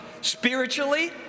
spiritually